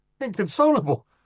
inconsolable